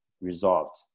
resolved